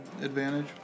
advantage